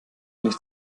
nicht